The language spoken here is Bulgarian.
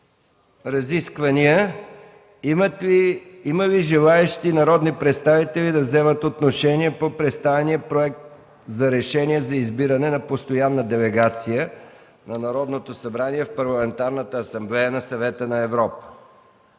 Разисквания. Има ли желаещи народни представители да вземат отношение по представения Проект за решение за избиране на постоянна делегация на Народното събрание в Парламентарната асамблея на Съвета на Европа?